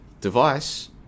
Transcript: device